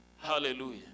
Hallelujah